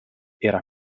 era